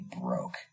broke